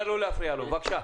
בבקשה.